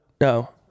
no